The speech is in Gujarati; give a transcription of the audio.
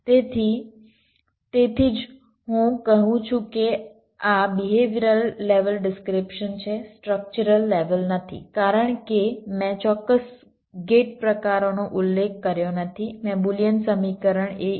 તેથી તેથી જ હું કહું છું કે આ બિહેવિયરલ લેવલ ડિસ્ક્રિપ્શન છે સ્ટ્રક્ચરલ લેવલ નથી કારણ કે મેં ચોક્કસ ગેટ પ્રકારોનો ઉલ્લેખ કર્યો નથી મેં બુલિયન સમીકરણ a